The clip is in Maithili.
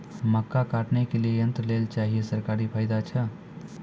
मक्का काटने के लिए यंत्र लेल चाहिए सरकारी फायदा छ?